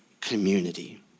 community